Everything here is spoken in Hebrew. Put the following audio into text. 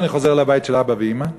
אני חוזר לבית של אבא ואימא,